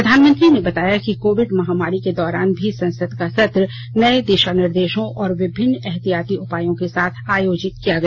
प्रधानमंत्री ने बताया कि कोविड महामारी के दौरान भी संसद का सत्र नये दिशा निर्देशों और विभिन्न एहतियाती उपायों के साथ आयोजित किया गया